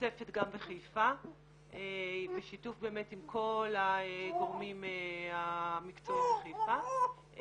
נוספת גם בחיפה בשיתוף באמת עם כל הגורמים המקצועיים בחיפה,